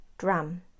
Drum